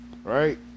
right